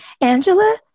Angela